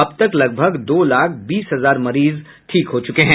अब तक लगभग दो लाख बीस हजार मरीज ठीक हो चुके हैं